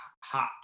hot